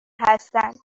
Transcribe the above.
هستند